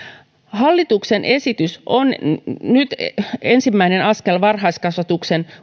hallituksen esitys on nyt ensimmäinen askel varhaiskasvatuksen